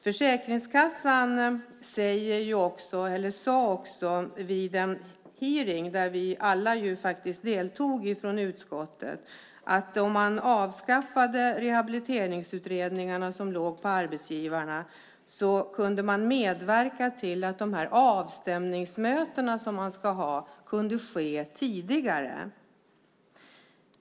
Försäkringskassan sade vid en hearing, där vi alla deltog från utskottet, att om rehabiliteringsutredningarna som låg på arbetsgivarna avskaffades kunde man medverka till att de avstämningsmöten som ska hållas kunde ske tidigare.